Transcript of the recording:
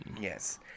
Yes